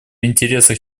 интересах